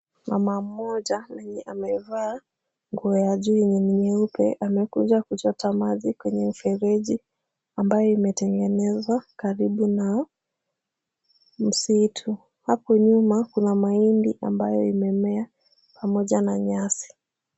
Mama mmoja mwenye amevaa nguo ya juu yenye ni nyeupe, amekuja kuchota maji kwenye mfereji ambayo imetengenezwa karibu na msitu. Hapo nyuma kuna mahindi ambayo imemea pamoja na nyasi.